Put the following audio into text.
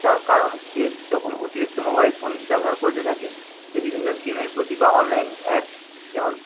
তার কারণ সে যখন অতিরিক্ত মোবাইল ফোন ব্যবহার করতে থাকে সে বিভিন্ন গেমের প্রতি বা অনলাইন অ্যাপস যেমন